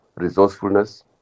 resourcefulness